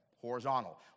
Horizontal